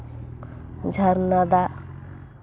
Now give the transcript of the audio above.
ᱡᱷᱟᱨᱱᱟ ᱫᱟᱜ